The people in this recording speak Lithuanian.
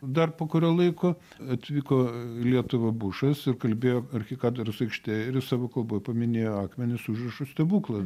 dar po kurio laiko atvyko į lietuvą bušas ir kalbėjo arkikatedros aikštėj ir savo kalboj paminėjo akmenį su užrašu stebuklas